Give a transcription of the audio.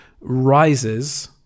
rises